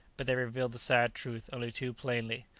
but they revealed the sad truth only too plainly.